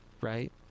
right